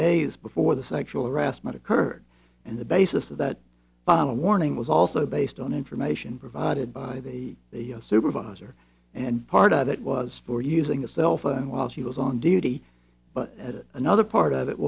days before the sexual harassment occurred and the basis of that final warning was also based on information provided by the a supervisor and part of it was for using a cell phone while she was on duty but at another part of it